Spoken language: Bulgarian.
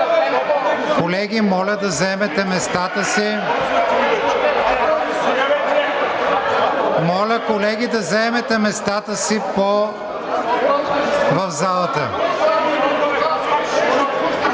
Колеги, моля да заемете местата си в залата,